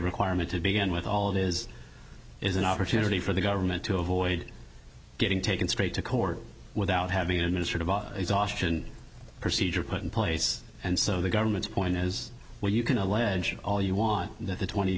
requirement to begin with all it is is an opportunity for the government to avoid getting taken straight to court without having to sort of exhaustion procedure put in place and so the government's point is well you can allege all you want t